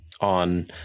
on